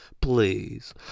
please